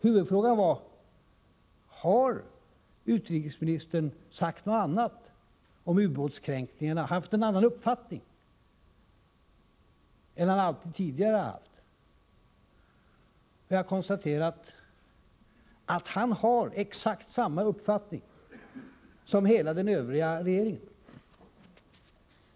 Huvudfrågan var: Har utrikesministern om ubåtskränkningarna framfört en annan uppfattning än den han alltid tidigare haft? Jag konstaterar att han har exakt samma uppfattning som hela den övriga regeringen.